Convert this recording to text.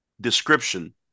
description